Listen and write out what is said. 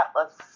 atlas